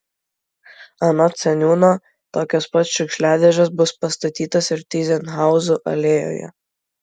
anot seniūno tokios pat šiukšliadėžės bus pastatytos ir tyzenhauzų alėjoje